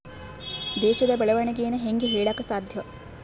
ದೇಶದ ಬೆಳೆವಣಿಗೆನ ಹೇಂಗೆ ಹೇಳಕ ಸಾಧ್ಯ?